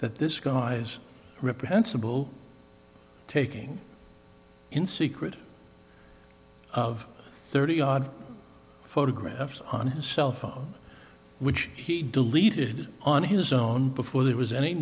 that this guy's reprehensible taking in secret of thirty odd photographs on his cellphone which he deleted on his own before there was any